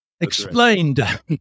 explained